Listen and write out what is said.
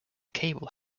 cable